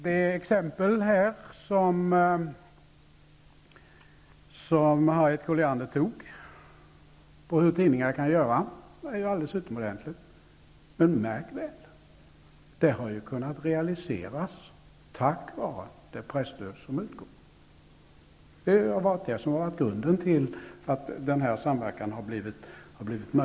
Det exempel på hur tidningar kan göra som Harriet Colliander här anförde visar på något alldeles utmärkt. Detta har -- väl att märka -- kunnat realiseras tack vare det presstöd som utgår. Det här presstödet har alltså varit grunden för denna samverkan på Gotland.